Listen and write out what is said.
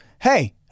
hey